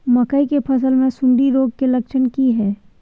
मकई के फसल मे सुंडी रोग के लक्षण की हय?